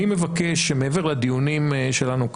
אני מבקש שמעבר לדיונים שלנו כאן,